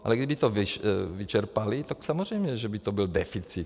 Ale kdyby to vyčerpali, tak samozřejmě, že by to byl deficit.